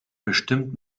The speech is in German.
bestimmt